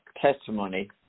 testimony